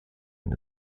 and